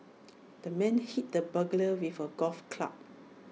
the man hit the burglar with A golf club